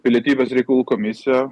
pilietybės reikalų komisija